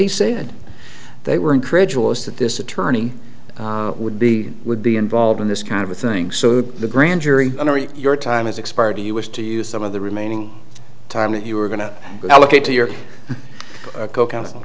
he said they were incredulous that this attorney would be would be involved in this kind of a thing so the grand jury your time has expired you wish to use some of the remaining time that you were going to allocate to